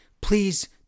please